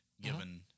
given